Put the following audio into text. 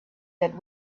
that